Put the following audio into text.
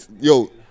Yo